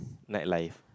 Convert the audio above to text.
night life